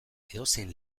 edozein